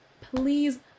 Please